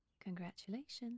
Congratulations